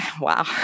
wow